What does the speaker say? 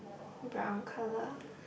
brown colour